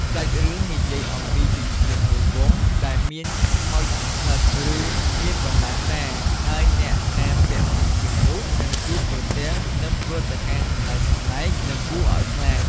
សាច់រឿងនិយាយអំពីចិញ្ចៀនមួយវង់ដែលមានខ្មោចសណ្ឋិត ឬមានបណ្ដាសា ហើយអ្នកណាពាក់ចិញ្ចៀននោះ នឹងជួបប្រទះនឹងព្រឹត្តិការណ៍ចម្លែកៗ និងគួរឲ្យខ្លាច។